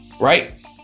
right